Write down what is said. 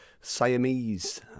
Siamese